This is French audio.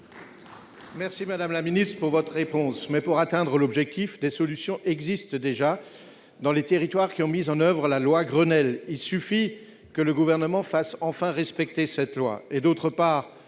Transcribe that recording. remercie, madame la ministre, de votre réponse, mais, pour atteindre l'objectif, des solutions existent déjà dans les territoires qui ont mis en oeuvre la loi Grenelle. Il suffit que le Gouvernement fasse enfin respecter cette loi